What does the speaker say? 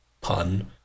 pun